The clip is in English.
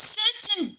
certain